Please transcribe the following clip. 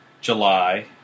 July